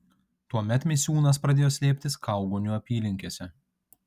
tuomet misiūnas pradėjo slėptis kaugonių apylinkėse